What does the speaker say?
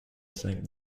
sank